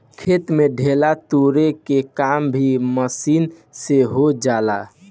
खेत में ढेला तुरे के काम भी मशीन से हो जाला